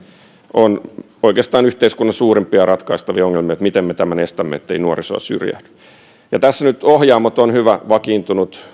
on oikeastaan yhteiskunnan suurimpia ratkaistavia ongelmia miten me tämän estämme ettei nuorisoa syrjäydy tässä ohjaamot ovat nyt hyvä vakiintunut